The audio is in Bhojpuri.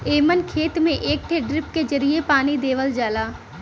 एमन खेत में एक ठे ड्रिप के जरिये पानी देवल जाला